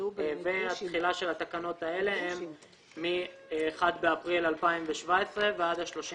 התחילה של התקנות האלה הוא מ-1 באפריל 2017 ועד ה-30